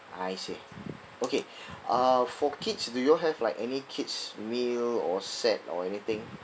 I see okay uh for kids do you all have like any kid's meal or set or anything